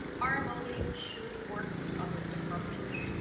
our most should work with other departments